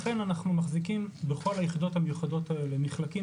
לכן אנחנו מחזיקים בכל היחידות המיוחדות האלה מחלקים